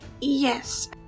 yes